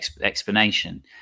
explanation